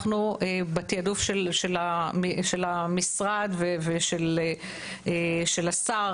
אנחנו בתעדוף של המשרד ושל השר,